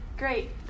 great